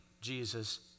Jesus